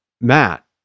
Matt